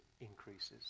increases